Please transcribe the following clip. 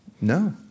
No